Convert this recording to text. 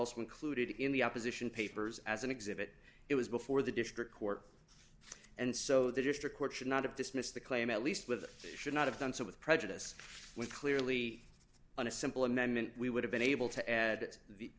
also included in the opposition papers as an exhibit it was before the district court and so the district court should not have dismissed the claim at least with should not have done so with prejudice with clearly on a simple amendment we would have been able to add